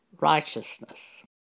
righteousness